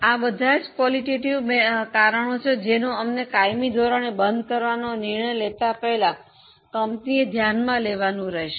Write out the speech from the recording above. આ બધા ગુણાત્મક કારણો છે જેનો અમને કાયમી ધોરણે બંધ કરવાનો નિર્ણય લેતા પહેલા કંપનીએ ધ્યાનમાં લેવાનું રહેશે